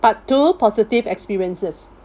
part two positive experiences